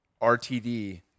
RTD